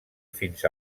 fins